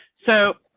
so.